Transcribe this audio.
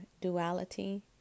duality